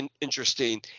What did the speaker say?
interesting